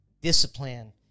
discipline